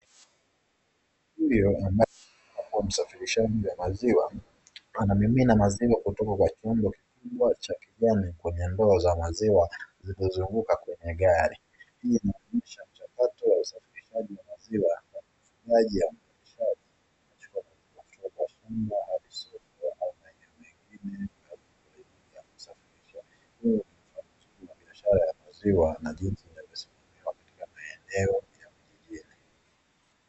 Huyu ni mfanyabiashara wa maziwa. Anamimina maziwa kutoka kwa chombo kikubwa cha kijani kwenye ndoo za maziwa zilizozunguka kwenye gari. Hii inaonyesha mchakato wa usafirishaji wa maziwa na ufuatiliaji wa mfuatiliaji kuchukua kutoka shamba hadi soko au maeneo mengine ya kusafirisha. Hii inawakilisha biashara ya maziwa na jinsi inavyosimamiwa katika maeneo ya vijijini.